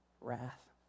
wrath